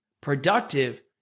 Productive